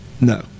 No